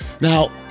Now